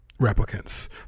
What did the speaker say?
replicants